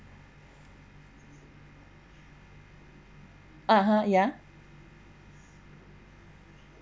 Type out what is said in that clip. (uh huh) ya